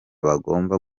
bagomba